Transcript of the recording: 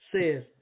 says